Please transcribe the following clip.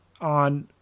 on